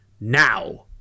now